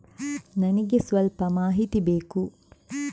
ನನಿಗೆ ಸ್ವಲ್ಪ ಮಾಹಿತಿ ಬೇಕು